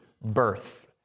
birth